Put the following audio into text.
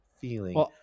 feeling